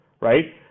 right